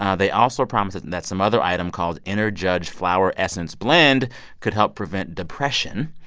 um they also promised and that some other item called inner judge flower essence blend could help prevent depression.